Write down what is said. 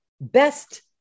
best